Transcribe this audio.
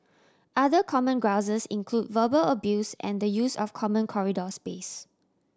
other common grouses include verbal abuse and the use of common corridor space